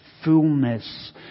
fullness